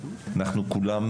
אנחנו כולנו,